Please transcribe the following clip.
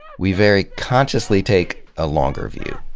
we very consciously take a longer view.